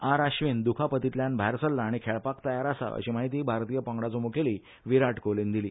आर आश्विन दुखापतीतल्यान भायर सछा आनी खेळपाक तयार आसा अशी म्हायती भारतीय पंगडाचो मुखेली विराट कोहलीन दिली